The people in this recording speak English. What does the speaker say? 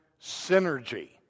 synergy